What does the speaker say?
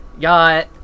Got